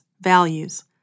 values